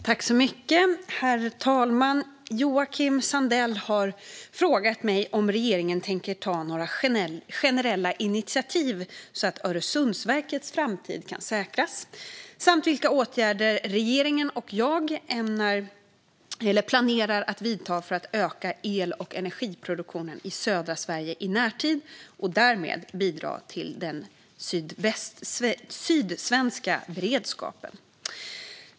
Herr talman! har frågat mig om regeringen tänker ta några generella initiativ så att Öresundsverkets framtid kan säkras och vilka åtgärder regeringen och jag planerar att vidta för att öka el och energiproduktionen i södra Sverige i närtid och därmed bidra till den sydsvenska beredskapen.